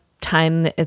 time